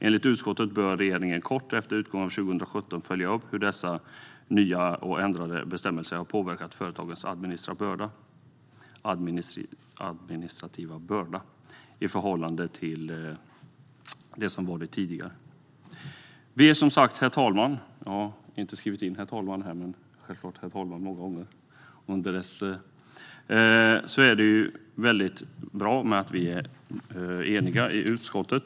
Enligt utskottet bör regeringen kort efter utgången av 2017 följa upp hur de nya och ändrade bestämmelserna har påverkat företagens administrativa börda i förhållande till dem som gällde tidigare. Herr talman! Det är bra att vi är eniga i utskottet.